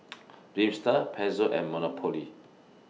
Dreamster Pezzo and Monopoly